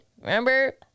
Remember